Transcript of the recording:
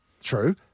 True